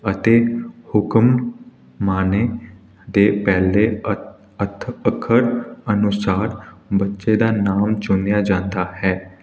ਅਤੇ ਹੁਕਮ ਮਾਨੇ ਦੇ ਪਹਿਲੇ ਅੱਥ ਅੱਖਰ ਅਨੁਸਾਰ ਬੱਚੇ ਦਾ ਨਾਮ ਚੁਣਿਆ ਜਾਂਦਾ ਹੈ